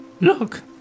look